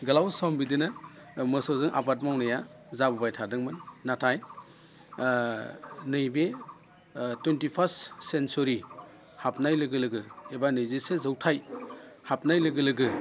गोलाव सम बिदिनो मोसौजों आबाद मावनाया जाबोबाय थादोंमोन नाथाय नैबे टुवेनटि फार्स्ट सेन्चुरि हाबनाय लोगो लोगोनो एबा नैजिसे जौथाय हाबनाय लोगो लोगो